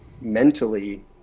mentally